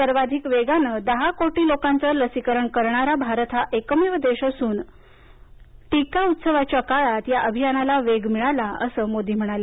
सर्वाधिक वेगानं दहा कोटी लोकांचं लसीकरण करणारा भारत हा एकमेव देश असून टीका उत्सवाच्या काळात या अभियानाला वेग मिळाला असं मोदी म्हणाले